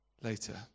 later